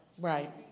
Right